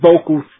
vocals